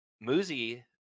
Muzi